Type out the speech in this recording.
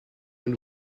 and